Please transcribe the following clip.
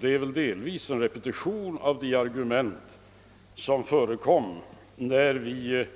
Det har väl delvis varit en repetition av de argument som framfördes när vi